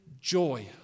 joy